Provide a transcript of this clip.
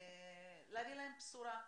להביא להם בשורה,